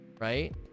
right